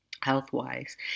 health-wise